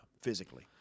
physically